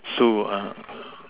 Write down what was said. so